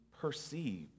perceive